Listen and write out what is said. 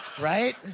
Right